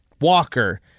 Walker